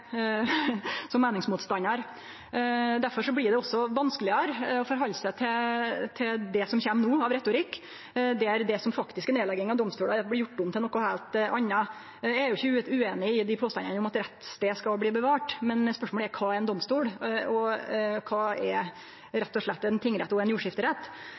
som meiningsmotstandar. Derfor blir det også vanskelegare å forhalde seg til det som kjem no av retorikk, der det som faktisk er nedlegging av domstolar, blir gjord til noko heilt anna. Eg er ikkje ueinig i påstandane om at rettsstaden skal bevarast, men spørsmålet er: Kva er ein domstol, og kva er rett og slett ein tingrett og ein jordskifterett?